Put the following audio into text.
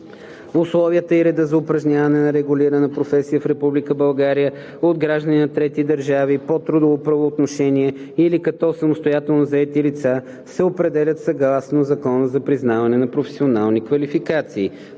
Условията и редът за упражняване на регулирана професия в Република България от граждани на трети държави по трудово правоотношение или като самостоятелно заети лица се определят съгласно Закона за признаване на професионални квалификации.